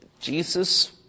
Jesus